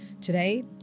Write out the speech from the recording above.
Today